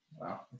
Wow